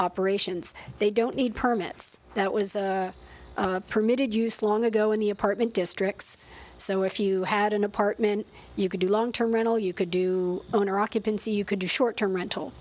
operations they don't need permits that was permitted use long ago in the apartment districts so if you had an apartment you could do long term rental you could do owner occupancy you could do short term rental